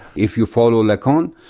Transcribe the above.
if you follow lacan.